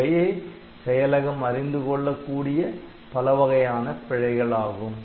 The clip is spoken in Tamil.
இவையே செயலகம் அறிந்து கொள்ளக்கூடிய பல வகையான பிழைகள் ஆகும்